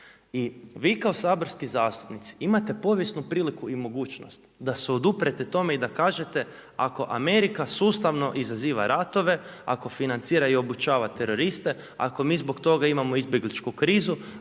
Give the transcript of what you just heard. I vi kao saborski zastupnici imate povijesnu priliku i mogućnost da se oduprete tome i da kažete ako Amerika sustavno izaziva ratove, ako financira i obučava teroriste, ako mi zbog toga imamo izbjegličku krizu,